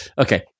okay